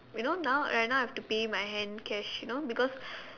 we know now right now I have to pay my hand cash you know because